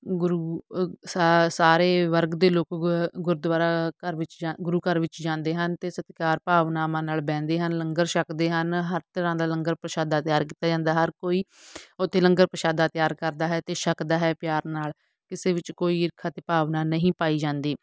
ਗੁਰੂ ਸਾ ਸਾਰੇ ਵਰਗ ਦੇ ਲੋਕ ਗੁਰਦੁਆਰਾ ਘਰ ਵਿੱਚ ਜਾਂ ਗੁਰੂ ਘਰ ਵਿੱਚ ਜਾਂਦੇ ਹਨ ਅਤੇ ਸਤਿਕਾਰ ਭਾਵਨਾਵਾਂ ਨਾਲ ਬਹਿੰਦੇ ਹਨ ਲੰਗਰ ਛਕਦੇ ਹਨ ਹਰ ਤਰ੍ਹਾਂ ਦਾ ਲੰਗਰ ਪ੍ਰਸ਼ਾਦਾ ਤਿਆਰ ਕੀਤਾ ਜਾਂਦਾ ਹਰ ਕੋਈ ਉੱਥੇ ਲੰਗਰ ਪ੍ਰਸ਼ਾਦਾ ਤਿਆਰ ਕਰਦਾ ਹੈ ਅਤੇ ਛੱਕਦਾ ਹੈ ਪਿਆਰ ਨਾਲ ਕਿਸੇ ਵਿੱਚ ਕੋਈ ਈਰਖਾ ਦੀ ਭਾਵਨਾ ਨਹੀਂ ਪਾਈ ਜਾਂਦੀ